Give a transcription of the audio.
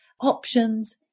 options